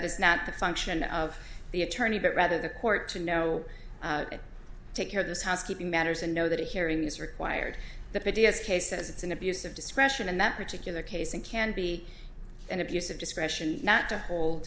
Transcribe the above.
is not the function of the attorney but rather the court to know take care of this housekeeping matters and know that a hearing is required the p d s case says it's an abuse of discretion in that particular case and can be an abuse of discretion not to hold